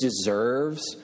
deserves